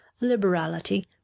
liberality